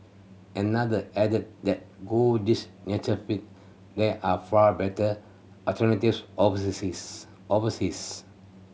another added that go his nature fix there are far better alternatives overseas